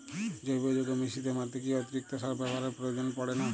জৈব যৌগ মিশ্রিত মাটিতে কি অতিরিক্ত সার ব্যবহারের প্রয়োজন পড়ে না?